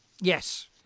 Yes